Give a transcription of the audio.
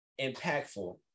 impactful